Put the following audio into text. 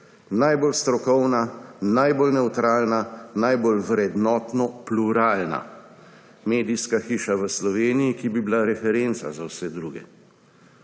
najbolj strokovna, najbolj nevtralna, najbolj vrednotno pluralna. Medijska hiša v Sloveniji, ki bi bila referenca za vse druge.